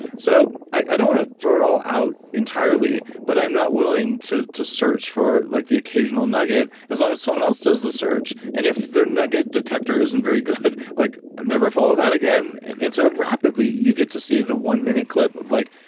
so i don't want to throw it all out entirely, but i'm not willing to to search for like the occasional nugget. as long as someone else does the search, and if their nugget detector isn't very good, like, never follow that again. and and so rapidly you get to see the one minute clip of like,